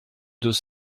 deux